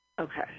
Okay